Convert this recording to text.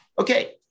Okay